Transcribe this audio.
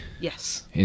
Yes